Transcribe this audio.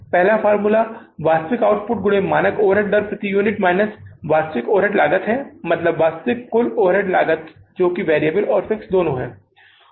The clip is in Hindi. पहला फॉर्मूला वास्तविक आउटपुट x मानक ओवरहेड दर प्रति यूनिट माइनस वास्तविक ओवरहेड लागत है मतलब वास्तविक कुल ओवरहेड लागत जो वैरिएबल और फिक्स्ड दोनों है